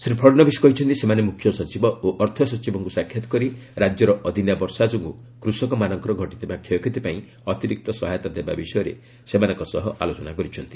ଶ୍ରୀ ଫଡ଼ନବିସ୍ କହିଛନ୍ତି ସେମାନେ ମୁଖ୍ୟ ସଚିବ ଓ ଅର୍ଥ ସଚିବଙ୍କୁ ସାକ୍ଷାତ କରି ରାଜ୍ୟର ଅଦିନିଆ ବର୍ଷା ଯୋଗୁଁ କୃଷକମାନଙ୍କର ଘଟିଥିବା କ୍ଷୟକ୍ଷତି ପାଇଁ ଅତିରିକ୍ତ ସହାୟତା ଦେବା ବିଷୟରେ ସେମାନଙ୍କ ସହ ଆଲୋଚନା କରିଚ୍ଛନ୍ତି